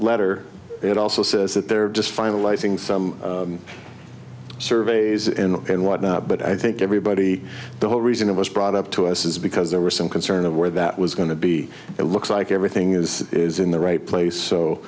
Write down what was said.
letter it also says that they're just finalizing some surveys and whatnot but i think everybody the whole reason it was brought up to us is because there was some concern of where that was going to be it looks like everything is is in the right place so